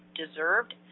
deserved